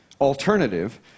alternative